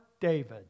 David